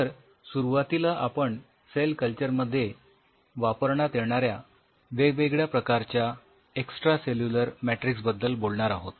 तर सुरुवातीला आपण सेल कल्चर मध्ये वापरण्यात येणाऱ्या वेगवेगळ्या प्रकारच्या एक्सट्रासेल्युलर मॅट्रिक्स बद्दल बोलणार आहोत